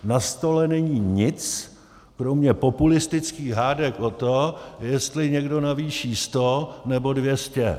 Na stole není nic kromě populistických hádek o to, jestli někdo navýší sto, nebo dvě stě.